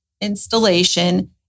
installation